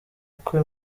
kwe